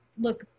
look